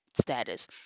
status